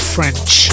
French